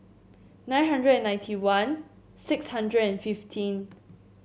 nine hundred ninety one six hundred and fifteen